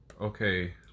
Okay